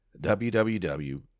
www